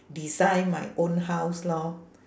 design my own house lor